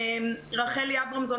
רחלי אברמזון,